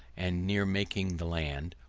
and near making the land,